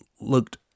looked